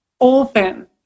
open